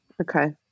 Okay